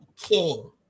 King